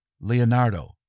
Leonardo